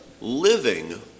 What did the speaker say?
living